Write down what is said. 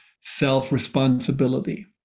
self-responsibility